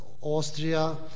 Austria